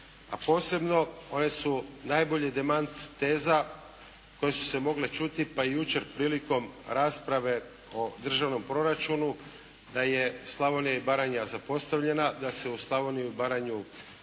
posebno one su najbolji demant teza koje su se mogle čuti pa i jučer prilikom rasprave o državnom proračunu da je Slavonija i Baranja zapostavljena, da se u Slavoniju i Baranju